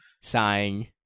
sighing